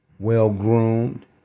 well-groomed